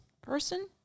person